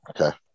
okay